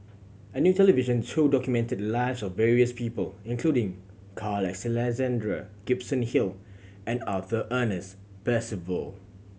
a new television show documented the lives of various people including Carl Alexander Gibson Hill and Arthur Ernest Percival